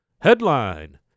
Headline